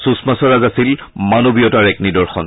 সুষমা স্বৰাজ আছিল মানৱীয়তাৰ এক নিদৰ্শন